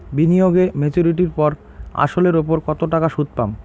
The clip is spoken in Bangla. বিনিয়োগ এ মেচুরিটির পর আসল এর উপর কতো টাকা সুদ পাম?